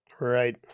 Right